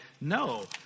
no